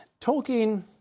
Tolkien